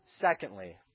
Secondly